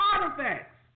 artifacts